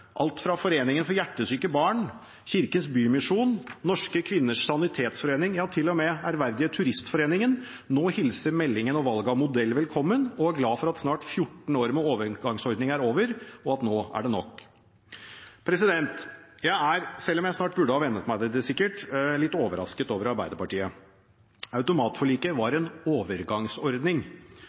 alt fra Foreningen for hjertesyke barn, Kirkens Bymisjon, Norske Kvinners Sanitetsforening og til og med ærverdige Turistforeningen nå hilser meldingen og valg av modell velkommen og er glad for at snart 14 år med overgangsordning er over, at nå er det nok. Jeg er, selv om jeg sikkert snart burde ha vennet meg til det, overrasket over Arbeiderpartiet. Automatforliket var en overgangsordning.